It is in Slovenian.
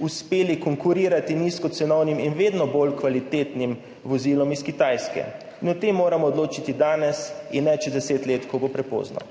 uspeli konkurirati nizkocenovnim in vedno bolj kvalitetnim vozilom s Kitajske, in o tem moramo odločiti danes in ne čez deset let, ko bo prepozno.